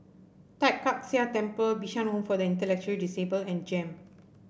Tai Kak Seah Temple Bishan Home for the Intellectually Disabled and JEM